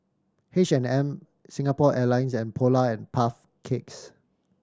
H and M Singapore Airlines and Polar and Puff Cakes